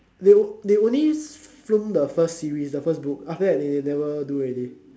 they only filmed the first series the first book after that they never do already